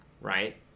right